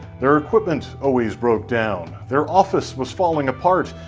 their equipment always broke down, their office was falling apart,